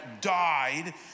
died